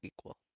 equal